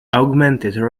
augmented